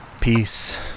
peace